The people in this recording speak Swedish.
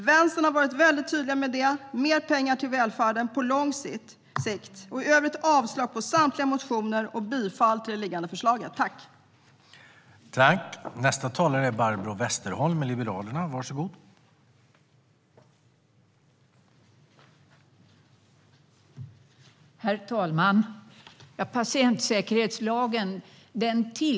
Vänstern har varit tydliga med detta: Mer pengar till välfärden på lång sikt! I övrigt yrkar jag avslag på samtliga motioner och bifall till utskottets liggande förslag i betänkandet.